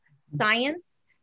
science